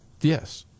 yes